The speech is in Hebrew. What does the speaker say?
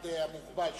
מוגבל,